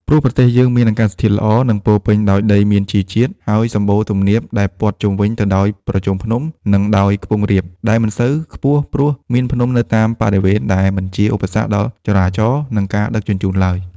ព្រោះប្រទេសយើងមានអាកាសធាតុល្អ និង ពោពេញដោយដីមានជីជាតិ ហើយសម្បូរទំនាបដែលព័ទ្ធជុំវិញទៅដោយប្រជុំភ្នំ និងដោយខ្ពង់រាប ដែលមិនសូវខ្ពស់ ព្រោះមានភ្នំនៅតាមបរិវេណដែលមិនជាឧបសគ្គដល់ចរាចរណ៍ និងការដឹកជញ្ជូនឡើយ។